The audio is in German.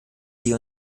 die